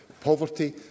poverty